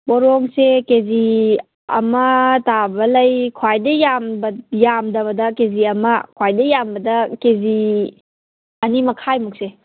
ꯄꯣꯔꯣꯝꯁꯦ K G ꯑꯃ ꯇꯥꯕ ꯂꯩ ꯈ꯭ꯋꯥꯏꯗꯒꯤ ꯌꯥꯝꯗꯕꯗ ꯀꯦ ꯖꯤ ꯑꯃ ꯈ꯭ꯋꯥꯏꯗꯒꯤ ꯌꯥꯝꯕꯗ ꯀꯦ ꯖꯤ ꯑꯅꯤꯃꯈꯥꯏꯃꯨꯛꯁꯦ